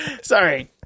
Sorry